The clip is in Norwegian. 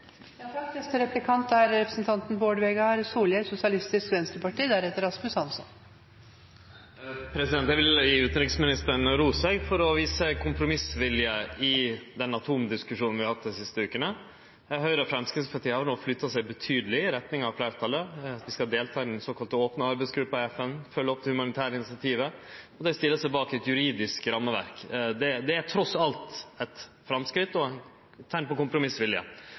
Eg vil gje utanriksministaren ros for å vise kompromissvilje i den atomvåpendiskusjonen vi har hatt dei siste vekene. Høgre og Framstegspartiet har no flytta seg betydeleg i retning av fleirtalet – vi skal delta i den såkalla opne arbeidsgruppa i FN og følgje opp det humanitære initiativet – og dei stiller seg bak eit juridisk rammeverk. Det er trass alt eit framsteg og eit teikn på kompromissvilje.